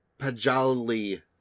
Pajali